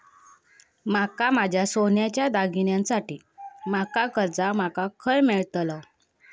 माका माझ्या सोन्याच्या दागिन्यांसाठी माका कर्जा माका खय मेळतल?